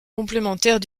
complémentaire